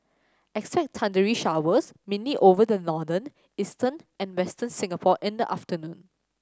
expect thundery showers mainly over the northern eastern and Western Singapore in the afternoon